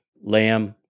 Lamb